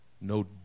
no